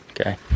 okay